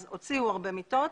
אז הוציאו הרבה מיטות.